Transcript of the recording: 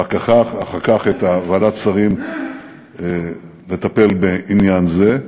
ואחר כך את ועדת שרים המטפלת בעניין זה,